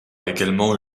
également